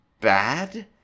bad